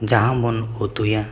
ᱡᱟᱦᱟᱸ ᱵᱚᱱ ᱩᱛᱩᱭᱟ